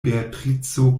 beatrico